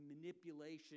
manipulation